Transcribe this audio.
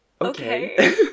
Okay